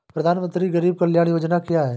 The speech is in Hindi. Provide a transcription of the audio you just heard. प्रधानमंत्री गरीब कल्याण योजना क्या है?